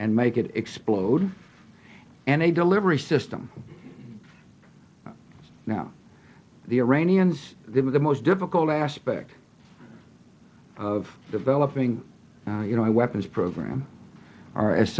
and make it explode and a delivery system now the iranians did with the most difficult aspect of the developing you know i weapons program or as